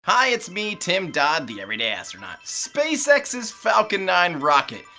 hi it's me, tim dodd, the everyday astronaut. spacex's falcon nine rocket,